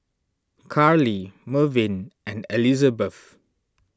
Carly Mervyn and Elizebeth